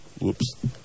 Whoops